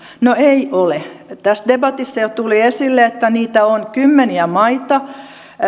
no ei ole tässä debatissa jo tuli esille että niitä on kymmeniä maita